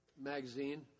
magazine